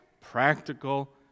practical